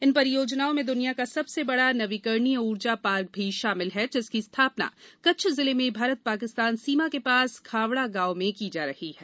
इन परियोजनाओं में दुनिया का सबसे बड़ा नवीकरणीय ऊर्जा पार्क भी शामिल है जिसकी स्थापना कच्छ जिले में भारत पाकिस्तान सीमा के पास खावड़ा गांव में की जा रही है